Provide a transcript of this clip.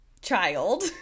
child